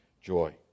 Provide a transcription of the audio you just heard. joy